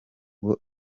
ngo